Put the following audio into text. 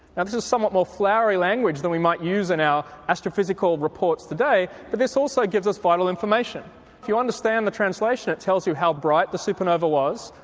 and this is somewhat more flowery language than we might use in our astrophysical reports today, but this also gives us vital information. if you understand the translation it tells you how bright the supernova was,